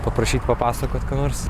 paprašyk papasakot ką nors